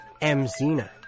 M-Zena